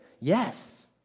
Yes